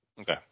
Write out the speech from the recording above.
Okay